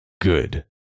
Good